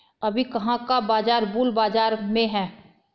अभी कहाँ का बाजार बुल बाजार में है?